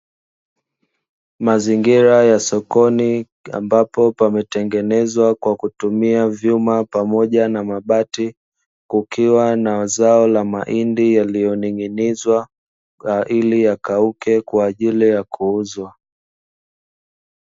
Mazingira ya sokoni ambapo pametengenezwa kwa kutumia vyuma pamoja na mabati, kukiwa na zao la mahindi yaliyoning'inizwa ili yakauke kwa ajili ya kuuzwa.